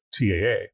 TAA